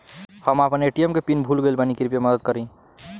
हम आपन ए.टी.एम के पीन भूल गइल बानी कृपया मदद करी